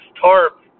tarp